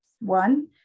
One